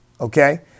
okay